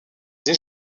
dès